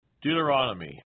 Deuteronomy